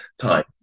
time